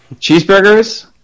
cheeseburgers